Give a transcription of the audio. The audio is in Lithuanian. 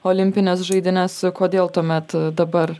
olimpines žaidynes kodėl tuomet dabar